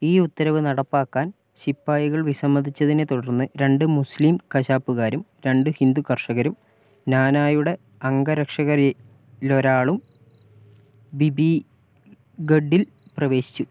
ഈ ഉത്തരവ് നടപ്പാക്കാൻ ശിപ്പായികള് വിസമ്മതിച്ചതിനെ തുടർന്ന് രണ്ട് മുസ്ലീം കശാപ്പുകാരും രണ്ട് ഹിന്ദുകർഷകരും നാനായുടെ അംഗരക്ഷകരിലൊരാളും ബിബീഗഡിൽ പ്രവേശിച്ചു